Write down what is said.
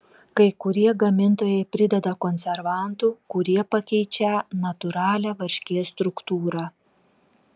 kai kurie gamintojai prideda konservantų kurie pakeičią natūralią varškės struktūrą